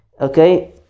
Okay